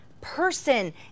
person